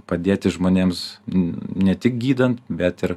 padėti žmonėms ne tik gydant bet ir